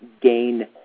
gain